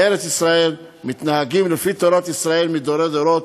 בארץ-ישראל מתנהגים לפי תורת ישראל מדורי-דורות.